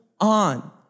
on